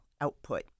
output